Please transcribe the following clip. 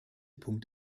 punkt